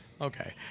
Okay